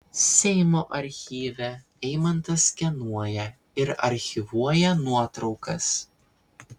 seimo archyve eimantas skenuoja ir archyvuoja nuotraukas